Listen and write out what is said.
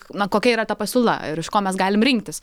na kokia yra ta pasiūla ir iš ko mes galime rinktis